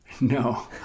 No